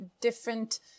different